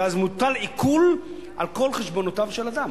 ואז מוטל עיקול על כל חשבונותיו של אדם.